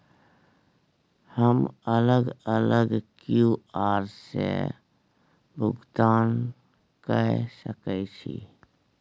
हम अलग अलग क्यू.आर से भुगतान कय सके छि?